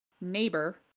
neighbor